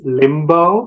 limbo